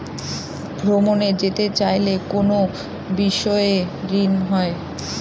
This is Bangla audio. ভ্রমণে যেতে চাইলে কোনো বিশেষ ঋণ হয়?